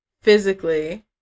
Physically